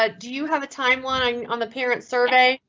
ah do you have a timeline on the parent survey?